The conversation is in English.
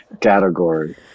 category